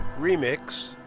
remix